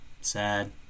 Sad